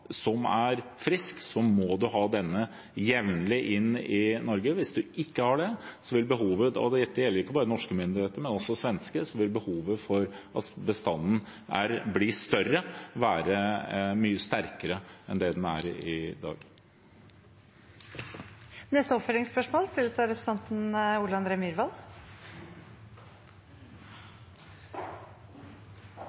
som er frisk, må vi ha denne jevnlig inn i Norge. Hvis vi ikke har det – og det gjelder ikke bare norske myndigheter, men også svenske – vil behovet for at bestanden blir større, være mye sterkere enn det den er i dag. Ole André Myhrvold – til oppfølgingsspørsmål.